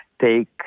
take